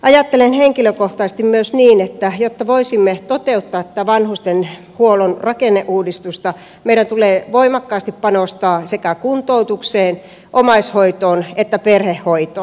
ajattelen henkilökohtaisesti myös niin että jotta voisimme toteuttaa tätä vanhustenhuollon rakenneuudistusta meidän tulee voimakkaasti panostaa sekä kuntoutukseen omais hoitoon että perhehoitoon